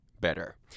better